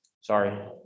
Sorry